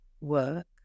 work